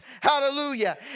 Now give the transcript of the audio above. Hallelujah